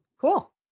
Cool